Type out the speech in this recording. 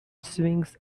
swings